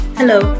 hello